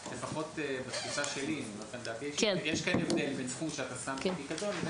יש כאן הבדל בין סכום שאתה שם בפיקדון לבין